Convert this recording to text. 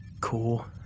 Cool